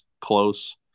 close